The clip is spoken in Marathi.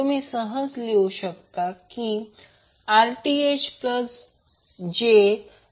तुम्ही सहज लिहू शकता